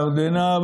ירדנה,